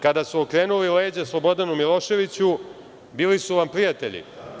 Kada su okrenuli leđa Slobodanu Miloševiću, bili su vam prijatelji.